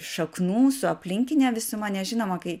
šaknų su aplinkine visuma nes žinoma kai